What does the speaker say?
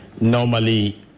normally